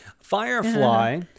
Firefly